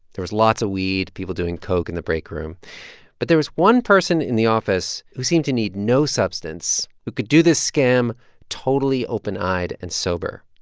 there was lots of weed, people doing coke in the break room but there was one person in the office who seemed to need no substance, who could do this scam totally open-eyed and sober.